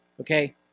Okay